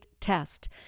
test